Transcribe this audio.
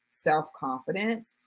self-confidence